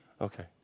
Okay